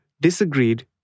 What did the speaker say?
disagreed